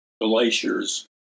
glaciers